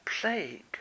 plague